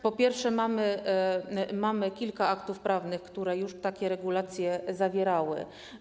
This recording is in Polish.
Po pierwsze, mamy kilka aktów prawnych, które już takie regulacje zawierały.